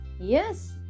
Yes